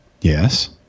Yes